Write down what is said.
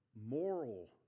moral